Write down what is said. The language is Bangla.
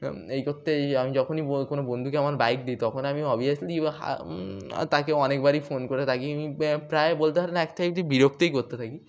এই করতে এই আমি যখনই কোনো বন্ধুকে আমার বাইক দিই তখন আমি অবভিয়াসলি তাকে অনেকবারই ফোন করে তাকে আমি প্রায় বলতে পারেন একটা থেকে বিরক্তই করতে থাকি